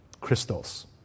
crystals